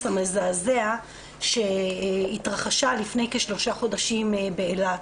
המזעזע שהתרחשה לפני כשלושה חודשים באילת,